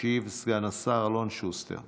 ישיב סגן השר אלון שוסטר.